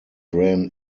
ran